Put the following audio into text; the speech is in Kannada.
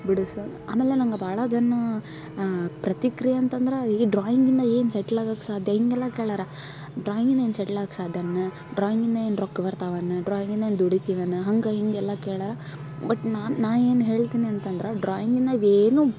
ಬಿಡಿಸು ಆಮೇಲ ನಂಗೆ ಭಾಳ ಜನ ಪ್ರತಿಕ್ರಿಯೆ ಅಂತಂದ್ರ ಈಗ ಡ್ರಾಯಿಂಗಿಂದ ಏನು ಸೆಟ್ಲಾಗಕ್ಕೆ ಸಾಧ್ಯ ಹಿಂಗೆಲ್ಲ ಕೇಳ್ಯಾರ ಡ್ರಾಯಿಂಗಿಂದ ಏನು ಸೆಟ್ಲಾಗಕ್ಕೆ ಸಾಧ್ಯನ ಡ್ರಾಯಿಂಗಿಂದ ಏನು ರೊಕ್ಕ ಬರ್ತಾವೇನ ಡ್ರಾಯಿಂಗಿಂದ ಏನು ದುಡಿತಿವೇನ ಹಾಗ ಹೀಗೆಲ್ಲ ಕೇಳ್ಯಾರ ಬಟ್ ನಾನು ನಾ ಏನು ಹೇಳ್ತೀನಿ ಅಂತಂದ್ರ ಡ್ರಾಯಿಂಗಿಂದ ನಾವು ಏನು